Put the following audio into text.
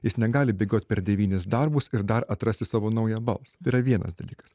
jis negali bėgiot per devynis darbus ir dar atrasti savo naują balsą tai yra vienas dalykas